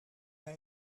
bij